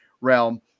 realm